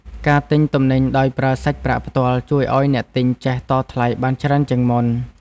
ការទិញទំនិញដោយប្រើសាច់ប្រាក់ផ្ទាល់ ជួយឱ្យអ្នកទិញចេះតថ្លៃបានច្រើនជាងមុន។